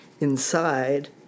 inside